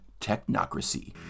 Technocracy